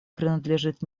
принадлежит